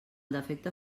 defecte